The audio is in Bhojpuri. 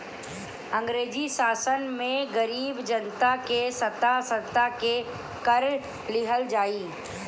अंग्रेजी शासन में गरीब जनता के सता सता के कर लिहल जाए